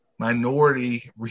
minority